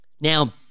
Now